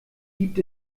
gibt